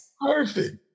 Perfect